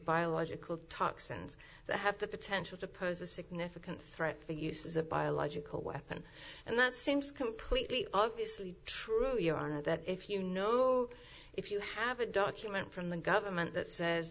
biological toxins that have the potential to pose a significant threat for use as a biological weapon and that seems completely off basically true you are that if you know if you have a document from the government that says